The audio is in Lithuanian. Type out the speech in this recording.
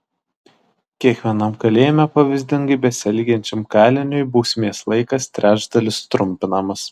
kiekvienam kalėjime pavyzdingai besielgiančiam kaliniui bausmės laikas trečdaliu sutrumpinamas